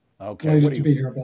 Okay